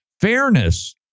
fairness